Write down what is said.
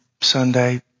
Sunday